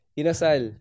inasal